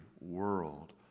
world